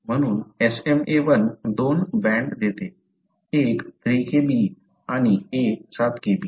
म्हणून SmaI दोन band देते एक 3 Kb आणि एक 7 Kb